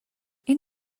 این